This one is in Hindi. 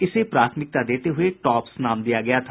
इसे प्राथमिकता देते हुये टॉप्स नाम दिया गया था